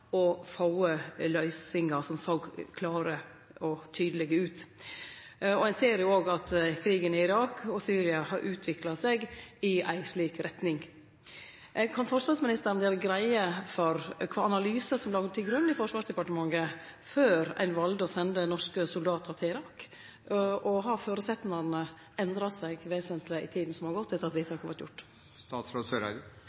løysingar som såg klare og tydelege ut. Og ein ser jo at krigen i Irak og Syria har utvikla seg i ei slik retning. Kan forsvarsministeren gjere greie for kva slags analyse som låg til grunn i Forsvarsdepartementet før ein valde å sende norske soldatar til Irak? Og har føresetnadene endra seg vesentleg i tida som har gått etter at